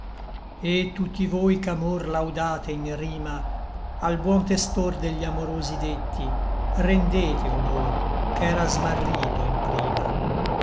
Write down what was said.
et tutti voi ch'amor laudate in rima al buon testor de gli amorosi detti rendete honor ch'era smarrito in prima